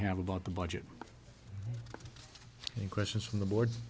have about the budget and questions from the board